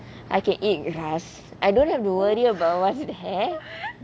I can eat grass I don't have to worry about what's there